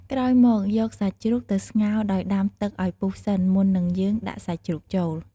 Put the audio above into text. ក្រោយមក យកសាច់ជ្រូកទៅស្ងោរដោយ ដាំទឹកឱ្យពុះសិនមុននឹងយើង ដាក់សាច់ជ្រូកចូល ។